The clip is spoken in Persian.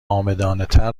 عامدانهتر